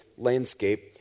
landscape